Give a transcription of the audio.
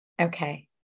Okay